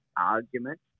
argument